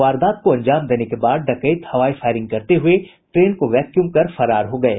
वारदात को अंजाम देने के बाद डकैत हवाई फायरिंग करते हुए ट्रेन को वैक्यूम कर फरार हो गये